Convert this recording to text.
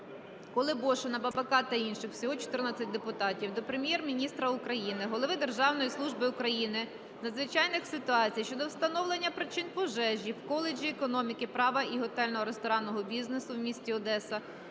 (Колебошина, Бабака та інших; всього 14 депутатів) до Прем'єр-міністра України, голови Державної служби України з надзвичайних ситуацій щодо встановлення причин пожежі в Коледжі економіки, права і готельно-ресторанного бізнесу в місті Одеса